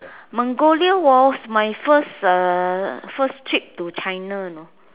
Mongolia was my first uh first trip to China you know